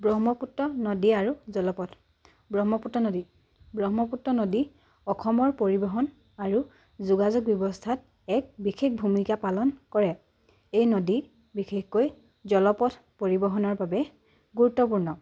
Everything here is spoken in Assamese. ব্ৰহ্মপুত্ৰ নদী আৰু জলপথ ব্ৰহ্মপুত্ৰ নদী ব্ৰহ্মপুত্ৰ নদী অসমৰ পৰিবহণ আৰু যোগাযোগ ব্যৱস্থাত এক বিশেষ ভূমিকা পালন কৰে এই নদী বিশেষকৈ জলপথ পৰিবহণৰ বাবে গুৰুত্বপূৰ্ণ